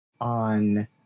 on